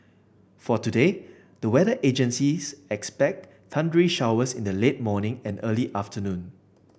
for today the weather agencies expects thundery showers in the late morning and early afternoon